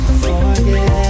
forget